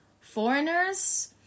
foreigners